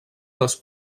les